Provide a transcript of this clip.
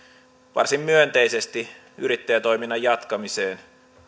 varsin myönteisesti yrittäjätoiminnan jatkamiseen